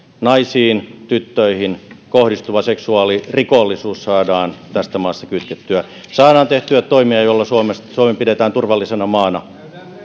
naisiin tyttöihin kohdistuva seksuaalirikollisuus saadaan tästä maasta kitkettyä saadaan tehtyä toimia joilla suomi pidetään turvallisena maana